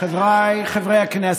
חבריי חברי הכנסת,